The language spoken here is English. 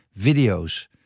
videos